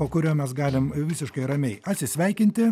po kurio mes galim visiškai ramiai atsisveikinti